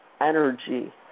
energy